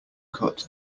cut